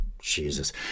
jesus